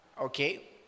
Okay